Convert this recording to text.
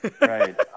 Right